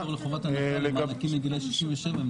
כשאני ביקשתי פטור מחובת הנחה למענקים לגילי 67,